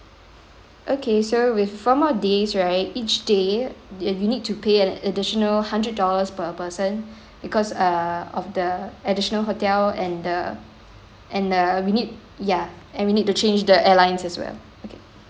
okay so with four more days right each day uh you need to pay an additional hundred dollars per person because err of the additional hotel and the and uh we need ya and we need to change the airlines as well okay